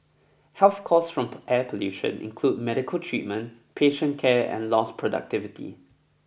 health costs from air pollution include medical treatment patient care and lost productivity